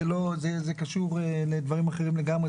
זה קשור לדברים אחרים לגמרי,